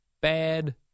bad